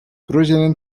projenin